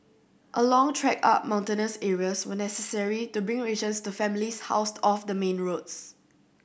a long trek up mountainous areas were necessary to bring rations to families housed off the main roads